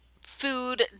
food